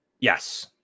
Yes